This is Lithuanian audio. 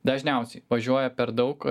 dažniausiai važiuoja per daug